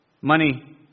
Money